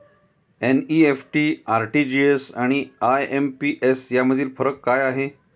NEFT, RTGS आणि IMPS यामधील फरक काय आहे?